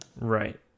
Right